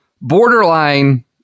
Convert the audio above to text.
borderline